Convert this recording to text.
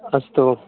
अस्तु